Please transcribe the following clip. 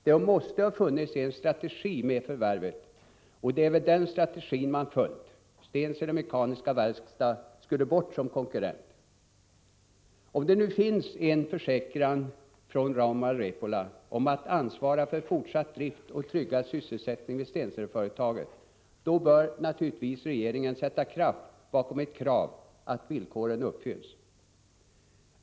Det måste ha funnits en strategi med förvärvet, och det är väl den strategin man följt: Stensele Mekaniska Verkstad skulle bort som konkurrent. Om det nu finns en försäkran från Rauma Repola om att ansvara för fortsatt drift och tryggad sysselsättning vid Stenseleföretaget, bör naturligtvis regeringen sätta kraft bakom ett krav att villkoren uppfylls.